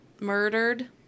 murdered